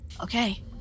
Okay